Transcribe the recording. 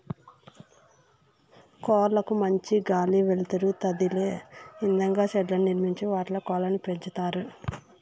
కోళ్ళ కు మంచి గాలి, వెలుతురు తదిలే ఇదంగా షెడ్లను నిర్మించి వాటిలో కోళ్ళను పెంచుతారు